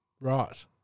Right